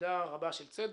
במידה רבה של צדק,